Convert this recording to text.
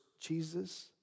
Jesus